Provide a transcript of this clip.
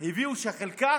הביאו לכך שהחלקה